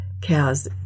cows